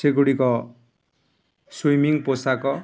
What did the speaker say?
ସେଗୁଡ଼ିକ ସୁଇମିଂ ପୋଷାକ